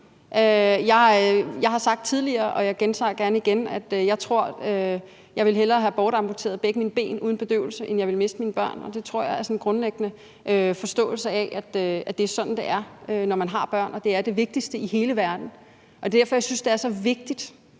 Jeg har sagt tidligere, og jeg gentager det gerne, at jeg tror, jeg hellere ville have bortamputeret begge mine ben uden bedøvelse end jeg ville miste mine børn, og det tror jeg er en grundlæggende forståelse af, at det er sådan, det er, når man har børn – at det er det vigtigste i hele verden. Det er derfor, jeg synes, det er så vigtigt,